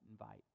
invite